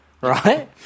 right